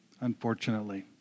unfortunately